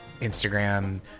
Instagram